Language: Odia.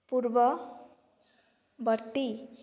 ପୂର୍ବବର୍ତ୍ତୀ